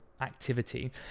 Activity